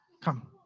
Come